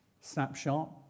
snapshot